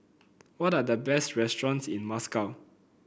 what are the best restaurants in Moscow